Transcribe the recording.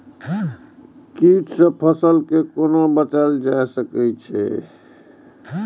कीट से फसल के कोना बचावल जाय सकैछ?